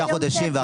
חודשים,